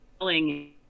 selling